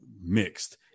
mixed